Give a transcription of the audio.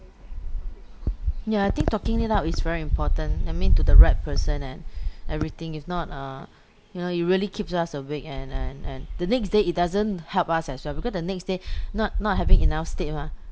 yeah I think talking it out is very important I mean to the right person and everything if not uh you know it really keeps us awake and and and the next day it doesn't help us as well because the next day not not having enough sleep mah